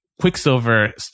Quicksilver